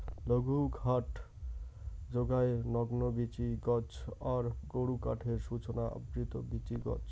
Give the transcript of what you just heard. লঘুকাঠ যোগায় নগ্নবীচি গছ আর গুরুকাঠের সূচনা আবৃত বীচি গছ